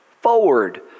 forward